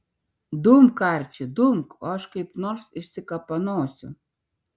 dumk arči dumk o aš kaip nors išsikapanosiu